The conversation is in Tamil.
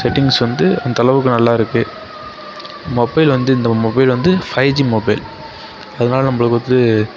செட்டிங்ஸ் வந்து அந்த அளவுக்கு நல்லாயிருக்கு மொபைல் வந்து இந்த மொபைல் வந்து ஃபைவ் ஜி மொபைல் அதனால் நம்மளுக்கு வந்து